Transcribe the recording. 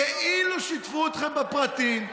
כאילו שיתפו אתכם בפרטים,